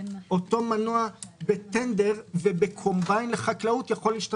אותו מנוע יכול להשתמש באותו שמן בטנדר ובקומביין לחקלאות.